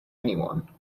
anyone